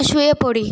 শুয়ে পড়ি